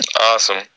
Awesome